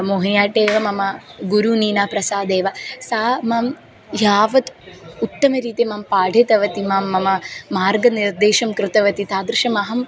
मोहिनि आट्टे एव मम गुरुः नीनाप्रसादः एव सा मां यावत् उत्तमरीत्या मां पाठितवती मां मम मार्गनिर्देशं कृतवती तादृशम् अहं